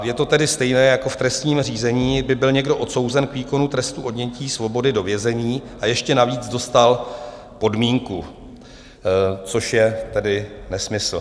Je to tedy stejné jako v trestním řízení, kdy by byl někdo odsouzen k výkonu trestu odnětí svobody do vězení a ještě navíc dostal podmínku, což je tedy nesmysl.